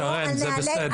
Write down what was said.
שרן, זה בסדר.